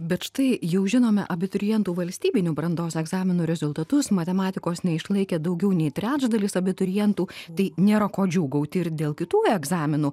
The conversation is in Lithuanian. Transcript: bet štai jau žinome abiturientų valstybinių brandos egzaminų rezultatus matematikos neišlaikė daugiau nei trečdalis abiturientų tai nėra ko džiūgauti ir dėl kitų egzaminų